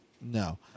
No